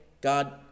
God